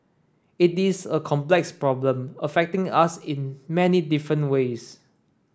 it is a complex problem affecting us in many different ways